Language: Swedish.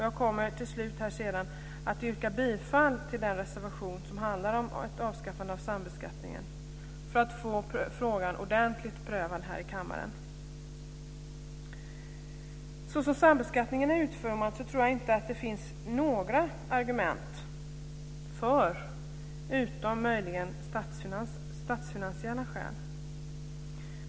Jag vill till slut säga att jag sedan kommer att yrka bifall till den reservation som handlar om ett avskaffande av sambeskattningen för att få denna fråga ordentligt prövad här i kammaren. Såsom sambeskattningen är utformad tror jag inte att det finns några argument för den, utom möjligen statsfinansiella.